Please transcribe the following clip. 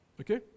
Okay